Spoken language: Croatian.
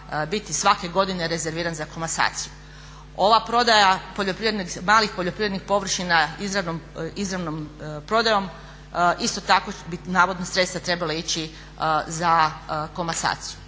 biti svake godine rezerviran za komasaciju. Ova prodaja malih poljoprivrednih površina izravnom prodajom isto tako bi navodno sredstva trebala ići za komasaciju.